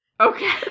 Okay